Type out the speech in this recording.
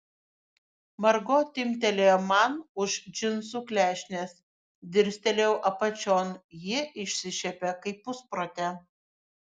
margo timptelėjo man už džinsų klešnės dirstelėjau apačion ji išsišiepė kaip pusprotė